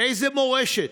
איזה מורשת?